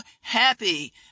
happy